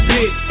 Big